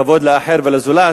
כבוד לאחר ולזולת,